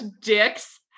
dicks